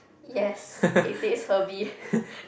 yes it taste herby